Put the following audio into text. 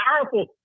powerful